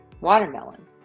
Watermelon